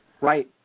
Right